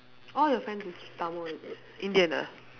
all your friends is Tamil Indian ah